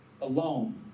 alone